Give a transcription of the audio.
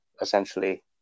essentially